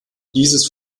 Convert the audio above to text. dieses